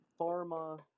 pharma